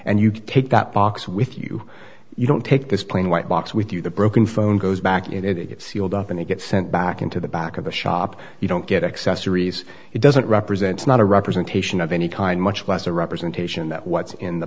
and you can take that box with you you don't take this plain white box with you the broken phone goes back and it's sealed up and you get sent back into the back of the shop you don't get accessories it doesn't represent not a representation of any kind much less a representation that what's in the